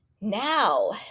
Now